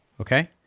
okay